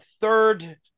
third